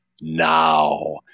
now